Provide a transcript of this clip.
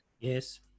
Yes